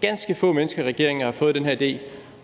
ganske få mennesker i regeringen og have fået den her idé,